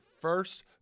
first